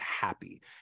happy